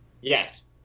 Yes